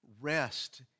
Rest